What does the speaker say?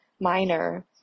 minor